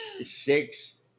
six